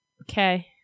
Okay